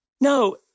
No